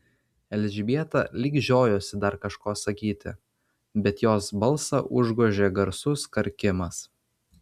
elžbieta lyg žiojosi dar kažko sakyti bet jos balsą užgožė garsus karkimas